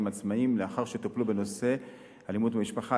עצמאיים לאחר שטופלו בנושא אלימות במשפחה.